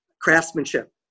craftsmanship